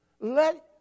let